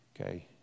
okay